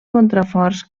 contraforts